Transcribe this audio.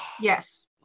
Yes